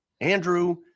Andrew